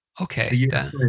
Okay